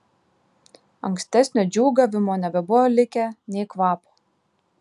ankstesnio džiūgavimo nebebuvo likę nė kvapo